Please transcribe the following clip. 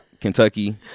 Kentucky